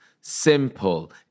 Simple